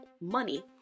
money